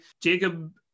Jacob